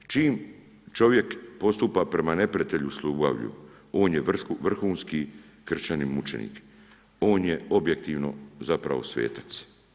Čim čovjek postupa prema neprijatelju s ljubavlju, on je vrhunski kršćanin mučenik, on je objektivno zapravo svetac.